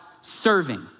serving